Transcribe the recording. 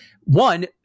one